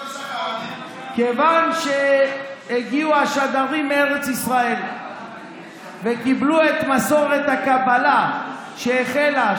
כיוון שהגיעו השד"רים מארץ ישראל וקיבלו את מסורת הקבלה שהחלה,